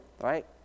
right